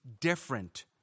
different